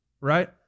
right